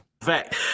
fact